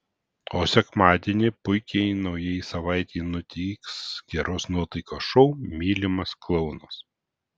o sekmadienį puikiai naujai savaitei nuteiks geros nuotaikos šou mylimas klounas